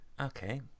Okay